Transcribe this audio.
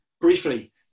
briefly